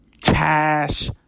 cash